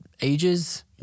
ages